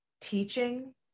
teaching